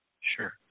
Sure